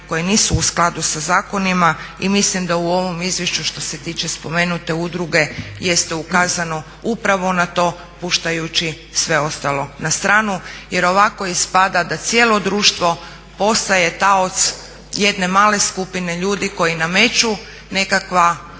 koje nisu u skladu sa zakonima. I mislim da u ovom izvješću što se tiče spomenute udruge jeste ukazano upravo na to puštajući sve ostalo na stranu jer ovako ispada da cijelo društvo postaje taoc jedne male skupine ljudi koji nameću nekakve